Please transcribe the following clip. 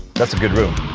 that's a good room